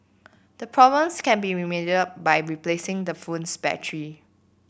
the problems can be remedied by replacing the phone's battery